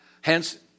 Hence